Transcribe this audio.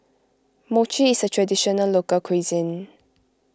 Mochi is a Traditional Local Cuisine